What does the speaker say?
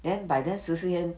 then by then 十四天